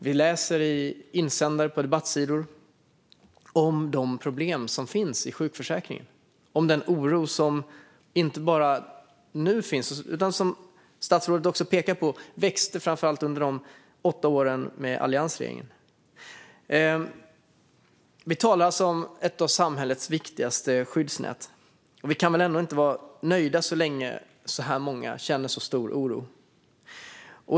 Vi läser i insändare på debattsidor om de problem som finns i sjukförsäkringen och om den oro som inte bara finns nu utan som växte framför allt under de åtta åren med alliansregeringen, vilket statsrådet också pekar på. Vi talar alltså om ett av samhällets viktigaste skyddsnät. Vi kan väl ändå inte vara nöjda så länge så här många känner så stor oro?